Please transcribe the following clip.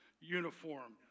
uniform